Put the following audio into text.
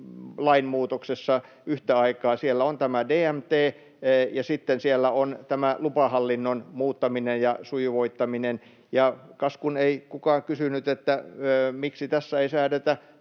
lainmuutoksessa yhtä aikaa. Siellä on tämä DMT, ja sitten siellä on tämä lupahallinnon muuttaminen ja sujuvoittaminen. Ja kas kun ei kukaan kysynyt, miksi tässä ei säädetä